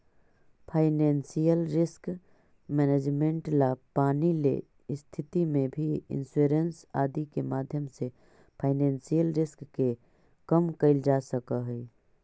financial risk management ला पानी ले स्थिति में भी इंश्योरेंस आदि के माध्यम से फाइनेंशियल रिस्क के कम कैल जा सकऽ हई